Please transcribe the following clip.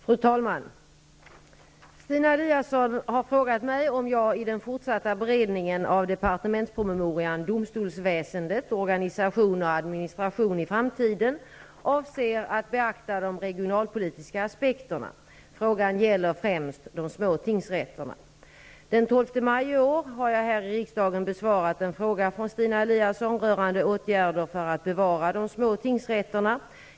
Fru talman! Stina Eliasson har frågat mig om jag i den fortsatta beredningen av departementspromemorian Domstolsväsendet, organisation och administration i framtiden, avser att beakta de regionalpolitiska aspekterna. Frågan gäller främst de små tingsrätterna. Den 12 maj i år besvarade jag här i riksdagen en fråga från Stina Eliasson rörande åtgärder för att bevara de små tingsrätterna.